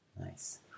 Nice